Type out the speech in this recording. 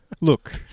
look